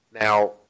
Now